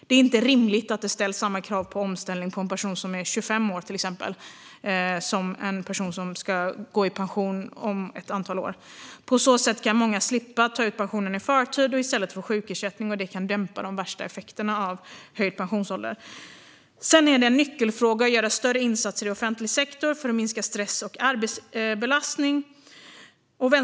Det är inte rimligt att det ställs samma krav på omställning på en person som är till exempel 25 år som på en som ska gå i pension om några år. På så sätt kan många slippa ta ut pensionen i förtid och i stället få sjukersättning. Det kan dämpa de värsta effekterna av höjd pensionsålder. Sedan är det en nyckelfråga att göra större insatser i offentlig sektor för att minska stress och arbetsbelastning.